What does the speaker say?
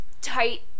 tight